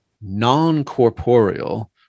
non-corporeal